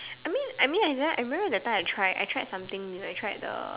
I mean I mean I remember I remember that time I try I tried something new I tried the